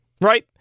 right